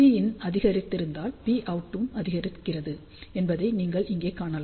Pin அதிகரித்தால் Pout வும் அதிகரிக்கிறது என்பதை நீங்கள் இங்கே காணலாம்